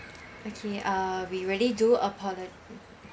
okay uh we really do apologise